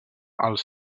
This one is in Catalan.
als